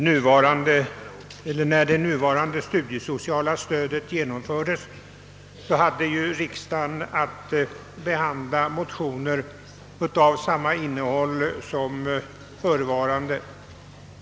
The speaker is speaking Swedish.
Herr talman! När det nuvarande studiesociala stödet genomfördes hade riksdagen att behandla motioner av samma innehåll som den nu förevarande.